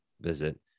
visit